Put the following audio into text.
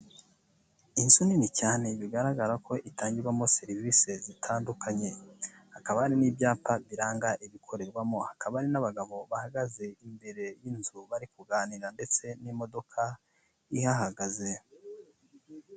Inzu nini cyane bigaragara ko itangirwamo serivisi zitandukanye. Hakaba hari n'ibyapa biranga ibikorerwamo. Hakaba hari n'abagabo bahagaze imbere y'inzu bari kuganira ndetse n'imodoka ihahagaze.